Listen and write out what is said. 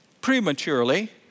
prematurely